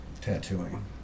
tattooing